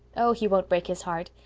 oh, he won't break his heart.